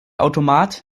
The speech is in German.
automat